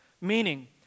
Meaning